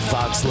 Fox